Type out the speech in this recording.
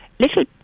Little